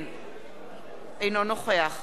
אינו נוכח בנימין בן-אליעזר,